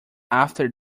after